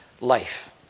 life